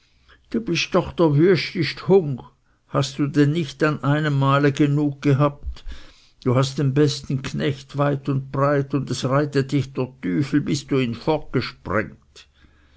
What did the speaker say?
du bist doch dr wüstest hung hast du denn nicht an einem male genug gehabt du hast den besten knecht weit und breit und es reitet dich dr tüfel bis du ihn